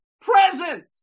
present